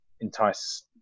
entice